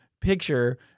picture